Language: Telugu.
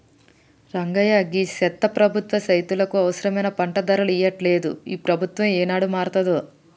రంగయ్య గీ చెత్త ప్రభుత్వం రైతులకు అవసరమైన పంట ధరలు ఇయ్యట్లలేదు, ఈ ప్రభుత్వం ఏనాడు మారతాదో